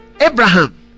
Abraham